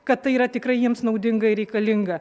kad tai yra tikrai jiems naudinga ir reikalinga